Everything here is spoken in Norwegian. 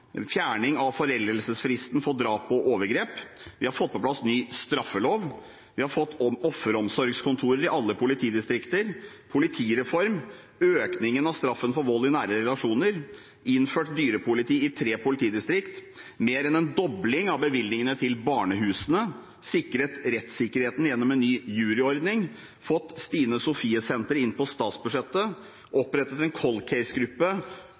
foreldelsesfristen for drap og overgrep fått på plass ny straffelov fått offeromsorgskontorer i alle politidistrikter fått en politireform økt straffen for vold i nære relasjoner innført dyrepoliti i tre politidistrikter mer enn doblet bevilgningene til barnehusene sikret rettsikkerheten gjennom en ny juryordning fått Stine Sofie Senteret inn på statsbudsjettet opprettet en